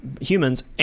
humans